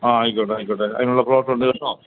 ആ ആയിക്കോട്ടെ ആയിക്കോട്ടെ അതിനുള്ള പ്ലോട്ടുണ്ട് കേട്ടോ